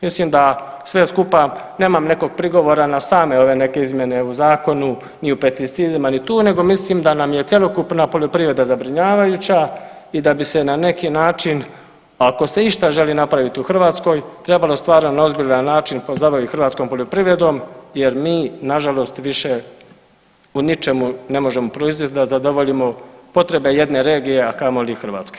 Mislim da sve skupa nemam nekog prigovora na same ove neke izmjene u zakonu ni u pesticidima ni tu, nego mislim da nam je cjelokupna poljoprivreda zabrinjavajuća i da bi se na neki način ako se išta želi napraviti u Hrvatskoj trebalo stvarno na ozbiljan način pozabaviti hrvatskom poljoprivredom jer mi nažalost više u ničemu ne možemo proizvest da zadovoljimo potrebe jedne regije, a kamoli Hrvatske.